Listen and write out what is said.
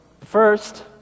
first